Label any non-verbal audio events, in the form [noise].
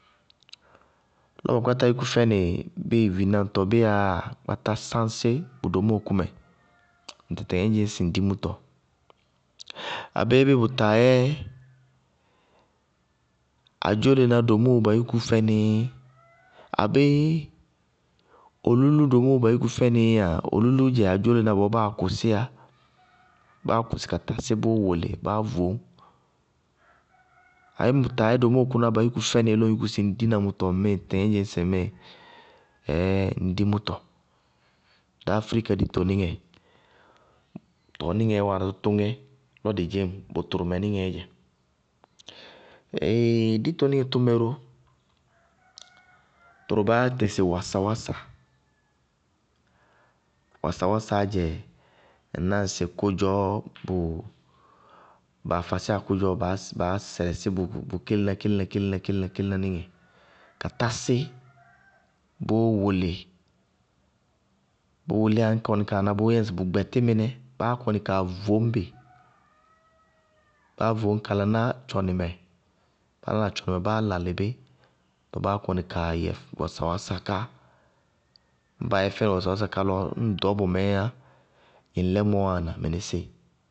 Lɔ ba kpáta yúkú fɛnɩ bíɩ vináñtɔbíya yáa, kpátá sañsí bʋ domóo kʋ mɛ, ŋtɩtɩŋɛ ŋñ dzɩñ sɩ ŋ dí mʋtɔ, abéé bíɩ bʋtaa yɛ adzólená domóo ba yúku fɛnɩí, abéé bíɩ olúlú domóo ba yúku fɛnɩí áa, olúlúú dzɛ adzólená bɔɔ báa kʋsíyá, báá kʋsɩ ka tásí bʋʋ wɔlɩ báá voñ. Ayé ñŋ bʋtaa yɛsɩ domóo kʋnáá ba yúku fɛnɩí lɔ ŋ yúku sɩ ñ dina mʋtɔ ŋmíɩ, ŋtɩtɩŋɛ ŋñ dzɩñ sɩ ŋmíɩ, [hesitation] ɖí dí mʋtɔ. Dá afrɩka ditonɩŋɛ tɔɔ níŋɛɛ wáana tʋtʋŋɛ lɔ dɩ dzɩñŋ, bʋ tʋrʋ mɛ níŋɛɛ dzɛ. [hesitation] ditonɩŋɛ tʋ mɛ ró, tʋrʋ baá yá tɩ sɩ wasawása, wasawásaá dzɛ ŋná ŋsɩ kʋdzɔɔ bʋ, baa fasíyá kʋdzɔɔ baá sɛlɩsí bʋ kélená-kélená kélená-kélená níŋɛ, la tásí bʋʋ wʋlɩ. Bʋ wʋlíyá ŋñ kɔní kaa ná bʋʋyɛ ŋsɩ bʋ gbɛtí mɩnɛ, báá kɔnɩ kaa voñ bɩ, báá voñ ka laná tcɔnɩmɛ báá lalɩ bí, báá kɔnɩ kaa yɛ wasawása ká. Tɔɔ ñŋ bayɛ fɛnɩ wasawása ká lɔ, ñŋ ɖɔɔbɔmɛ, gnɩŋlɛmɔ wáana mɩnísíɩ.